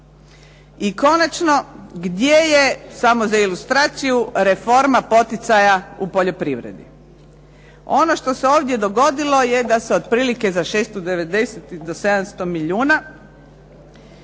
I konačno, gdje je samo za ilustraciju, reforma poticaja u poljoprivredi? Ono što se ovdje dogodilo je da se otprilike za 690 do 700 milijuna